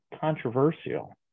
controversial